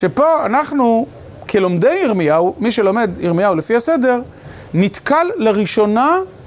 שפה אנחנו כלומדי ירמיהו, מי שלמד ירמיהו לפי הסדר, נתקל לראשונה